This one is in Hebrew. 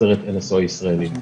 מתוצרת NSO הישראלית.